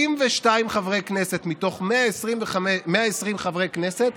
72 חברי כנסת מתוך 120 חברי כנסת